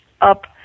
up